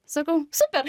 sakau super